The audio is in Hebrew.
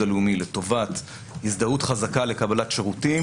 הלאומי לטובת הזדהות חזקה לקבלת שירותים,